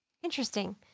Interesting